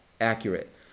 accurate